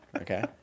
okay